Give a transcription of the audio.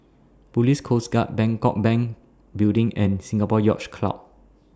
Police Coast Guard Bangkok Bank Building and Singapore Yacht Club